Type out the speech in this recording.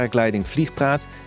Vliegpraat